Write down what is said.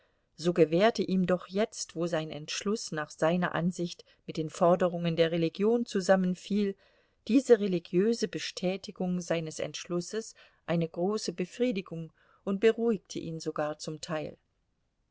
so gewährte ihm doch jetzt wo sein entschluß nach seiner ansicht mit den forderungen der religion zusammenfiel diese religiöse bestätigung seines entschlusses eine große befriedigung und beruhigte ihn sogar zum teil